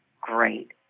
great